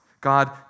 God